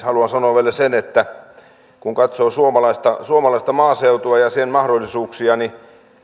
haluan sanoa vielä sen että kun katsoo suomalaista suomalaista maaseutua ja sen mahdollisuuksia niin